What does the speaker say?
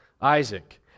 Isaac